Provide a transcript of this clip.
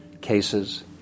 cases